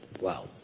Wow